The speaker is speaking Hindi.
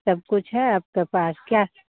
सब कुछ है आपके पास क्या